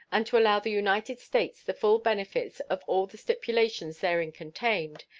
and to allow the united states the full benefits of all the stipulations therein contained,